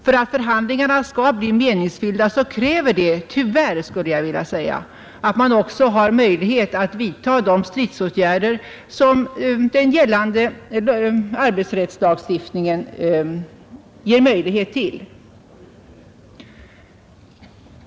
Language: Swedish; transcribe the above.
För att förhandlingarna skall bli meningsfyllda krävs det — tyvärr vill jag säga — att man också kan vidta de stridsåtgärder som gällande arbetsrättslagstiftning ger möjligheter till.